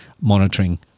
monitoring